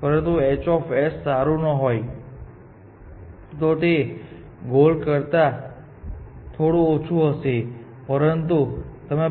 પરંતુ જો h સારું ન હોય તો તે ગોલ કરતા થોડું ઓછું હશે અને પછી તમે